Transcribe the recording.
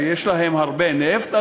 יש להם הרבה נפט,